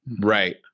right